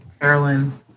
Carolyn